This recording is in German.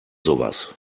sowas